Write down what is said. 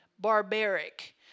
Barbaric